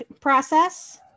process